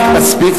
מספיק,